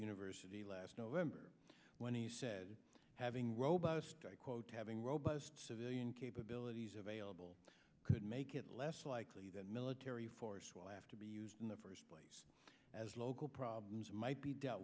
university last november when he said having robust i quote having robust civilian capabilities available could make it less likely that military force will have to be used in the first place as local problems might be dealt